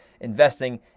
investing